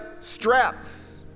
straps